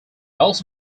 also